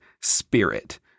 spirit